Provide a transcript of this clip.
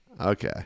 Okay